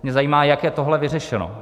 Mě zajímá, jak je tohle vyřešeno.